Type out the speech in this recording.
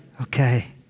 Okay